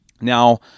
Now